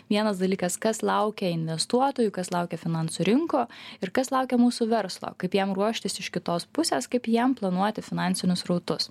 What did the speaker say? vienas dalykas kas laukia investuotojų kas laukia finansų rinkų ir kas laukia mūsų verslo kaip jam ruoštis iš kitos pusės kaip jam planuoti finansinius srautus